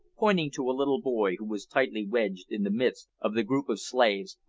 pointing to a little boy who was tightly wedged in the midst of the group of slaves,